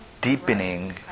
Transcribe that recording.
deepening